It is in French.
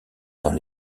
dans